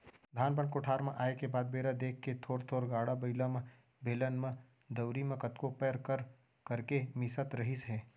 धान पान कोठार म आए के बाद बेरा देख के थोर थोर गाड़ा बइला म, बेलन म, दउंरी म कतको पैर कर करके मिसत रहिस हे